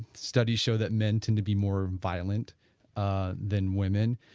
study show that men tend to be more violent ah than women,